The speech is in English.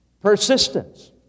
Persistence